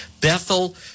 Bethel